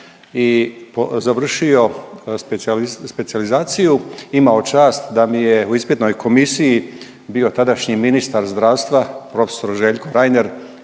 i završio specijalizaciju, imao čast da mi je u ispitnoj komisiji bio tadašnji ministar zdravstva prof. Željko Reiner